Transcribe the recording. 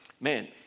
Man